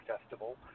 Festival